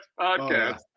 podcast